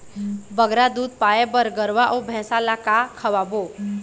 बगरा दूध पाए बर गरवा अऊ भैंसा ला का खवाबो?